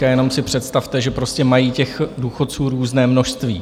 Jenom si představte, že prostě mají těch důchodců různé množství.